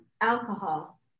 alcohol